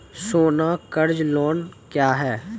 सोना कर्ज लोन क्या हैं?